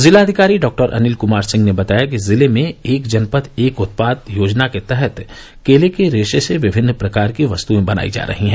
जिलाधिकारी डॉ अनिल क्मार सिंह ने बताया कि जिले में एक जनपद एक उत्पाद योजना के तहत केले के रेश से विभिन्न प्रकार की वस्तुएं बनायी जा रही हैं